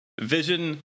vision